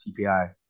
TPI